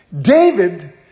David